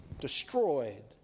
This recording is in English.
destroyed